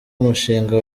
umushinga